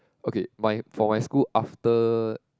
okay my for my school after